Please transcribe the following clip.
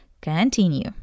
Continue